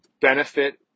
benefit